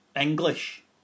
English